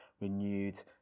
renewed